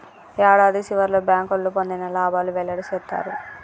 యాడాది సివర్లో బ్యాంకోళ్లు పొందిన లాబాలు వెల్లడి సేత్తారు